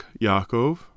Yaakov